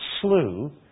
slew